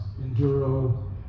enduro